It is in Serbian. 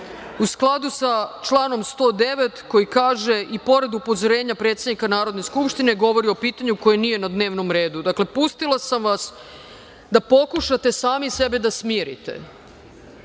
u skladu sa članom 109. koji kaže – i pored upozorenja predsednika Narodne skupštine govori o pitanju koje nije na dnevnom redu. Dakle, pustila sam vas da pokušate sami sebe da smirite,